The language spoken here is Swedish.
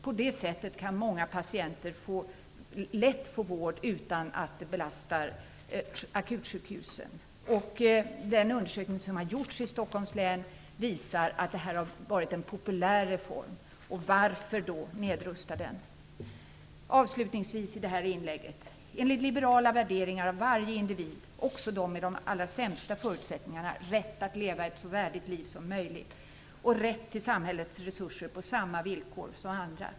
På det sättet kan många patienter lätt få vård utan att det belastar akutsjukhusen. Den undersökning som har gjorts i Stockholms län visar att det här har varit en populär reform. Varför då nedrusta den? Avslutningsvis: Enligt liberala värderingar har varje individ, också de med de allra sämsta förutsättningarna rätt att leva ett så värdigt liv som möjligt och rätt till samhällets resurser på samma villkor som andra.